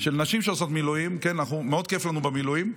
של נשים שעושות מילואים, מאוד כיף לנו במילואים.